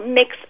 mix